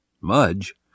Mudge